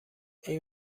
این